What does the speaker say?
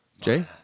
Jay